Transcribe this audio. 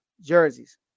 jerseys